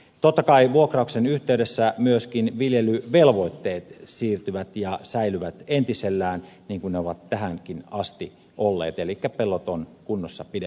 totta kai vuokrauksen yhteydessä myöskin viljelyvelvoitteet siirtyvät ja säilyvät entisellään niin kuin ne ovat tähänkin asti olleet eli pellot on kunnossa pidettävä